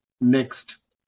next